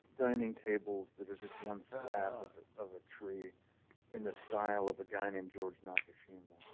dining tables that are just one slab of of a tree in the style of a guy named george nakashima.